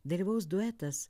dalyvaus duetas